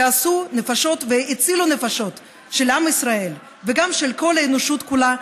שעשו נפשות והצילו נפשות של עם ישראל וגם של כל האנושות כולה,